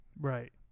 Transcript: Right